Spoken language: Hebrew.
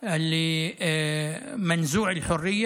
השאיפה לחירות של כל אנשי ג'נין,